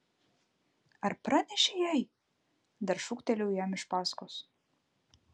ar pranešei jai dar šūktelėjau jam iš paskos